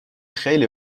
خیلی